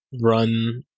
run